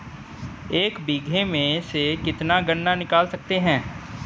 एक बीघे में से कितना गन्ना निकाल सकते हैं?